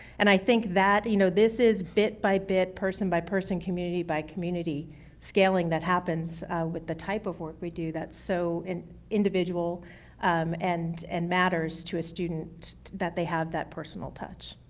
and i think that you know, this is bit by bit, person by person, community by community scaling that happens with the type of work we do that's so and individual and and matters to a student that they have that personal touch.